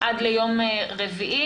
עד ליום רביעי,